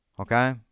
Okay